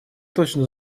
точно